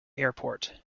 airport